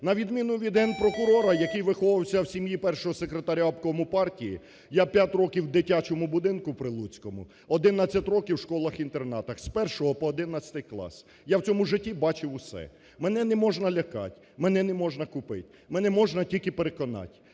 На відміну від Генпрокурора, який виховувався у сім'ї першого секретаря обкому партії, я п'ять років у дитячому будинку прилуцькому, 11 років в школах-інтернатах, з першого по одинадцятий клас. Я в цьому житті бачив все, мене не можна лякати, мене не можна купити, мене можна тільки переконати.